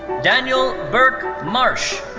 daniel burke marsh.